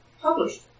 published